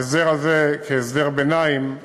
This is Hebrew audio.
ההסדר הזה, כהסדר ביניים,